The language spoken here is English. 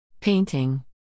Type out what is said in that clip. Painting